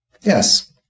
Yes